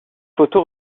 photo